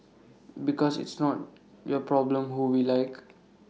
because it's not your problem who we like